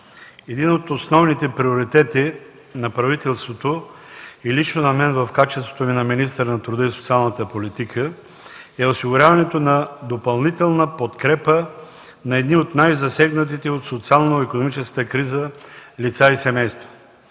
Един от основните приоритети на правителството и лично на мен в качеството ми на министър на труда и социалната политика, е осигуряването на допълнителна подкрепа на едни от най-засегнатите от социално-икономическата криза лица и семейства.